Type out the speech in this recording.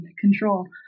control